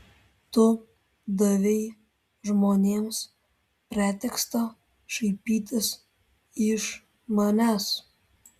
tu davei žmonėms pretekstą šaipytis iš manęs